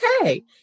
okay